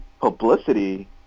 publicity